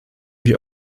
wir